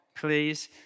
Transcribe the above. please